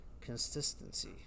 consistency